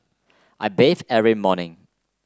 I bathe every morning